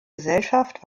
gesellschaft